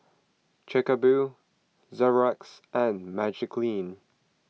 Chic A Boo Xorex and Magiclean